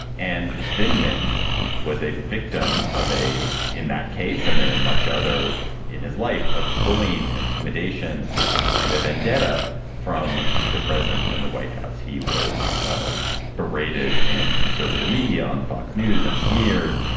and venkman was a victim of a. in that case, and then in much other in his life of bullying and intimidation and a vendetta from the president and the white house, he was ah berated in conservative media on fox news and smeared.